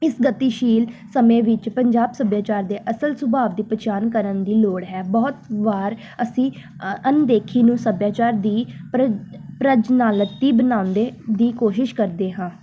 ਇਸ ਗਤੀਸ਼ੀਲ ਸਮੇਂ ਵਿੱਚ ਪੰਜਾਬ ਸੱਭਿਆਚਾਰ ਦੇ ਅਸਲ ਸੁਭਾਉ ਦੀ ਪਛਾਣ ਕਰਨ ਦੀ ਲੋੜ ਹੈ ਬਹੁਤ ਵਾਰ ਅਸੀਂ ਅਣਦੇਖੀ ਨੂੰ ਸੱਭਿਆਚਾਰ ਦੀ ਪ੍ਰ ਪ੍ਰਜਨਾਲਤੀ ਬਣਾਉਂਦੇ ਦੀ ਕੋਸ਼ਿਸ਼ ਕਰਦੇ ਹਾਂ